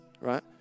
right